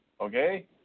okay